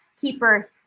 keeper